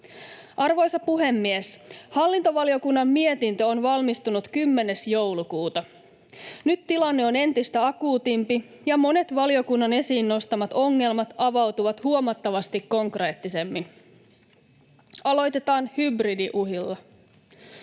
Arvoisa puhemies! Hallintovaliokunnan mietintö on valmistunut 10. joulukuuta. Nyt tilanne on entistä akuutimpi ja monet valiokunnan esiin nostamat ongelmat avautuvat huomattavasti konkreettisemmin. Aloitetaan hybridiuhilla.